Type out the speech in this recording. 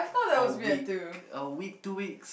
a week a week two week